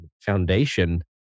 foundation